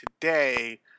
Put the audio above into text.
today